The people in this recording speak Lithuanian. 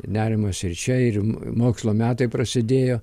nerimas ir čia ir mokslo metai prasidėjo